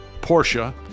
Porsche